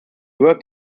worked